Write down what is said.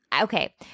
okay